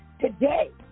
today